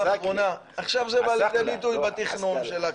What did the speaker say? בא לידי ביטוי בתכנון של הכבישים,